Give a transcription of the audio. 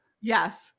Yes